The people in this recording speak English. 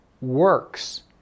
works